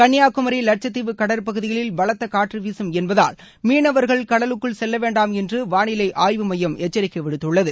கள்ளியாகுமரி வட்சத்தீவு கடற்பகுதிகளில் பலத்த காற்று வீகம் என்பதால் மீனவர்கள் கடலுக்குள் செல்லவேண்டாம் என்று வானிலை ஆய்வு மையம் எச்சரிக்கை விடுத்துள்ளது